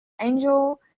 Angel